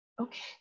okay